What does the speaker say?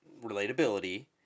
relatability